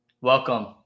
Welcome